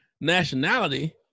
nationality